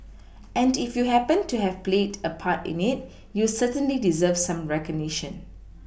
and if you happened to have played a part in it you certainly deserve some recognition